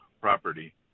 property